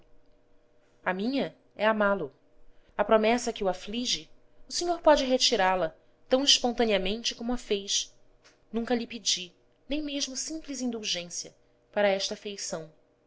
a minha é amá-lo a promessa que o aflige o senhor pode retirá la tão espontaneamente como a fez nunca lhe pedi nem mesmo simples indulgência para esta afeição